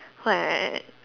what